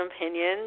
opinions